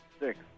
Six